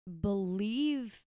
believe